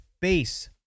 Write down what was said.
base